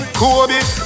Kobe